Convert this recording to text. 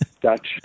Dutch